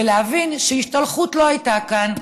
ולהבין שהשתלחות לא הייתה כאן,